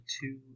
two